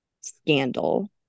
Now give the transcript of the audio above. scandal